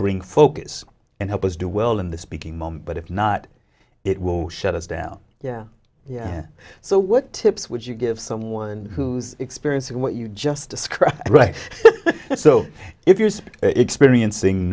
bring focus and help us do well in the speaking moment but if not it will shut us down yeah yeah so what tips would you give someone who's experiencing what you just described right so if you're experiencing